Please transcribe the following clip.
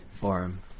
forum